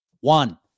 One